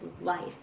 life